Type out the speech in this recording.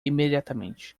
imediatamente